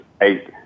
eight